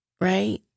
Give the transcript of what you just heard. right